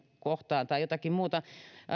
kohtaan tai jotakin muuta